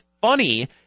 funny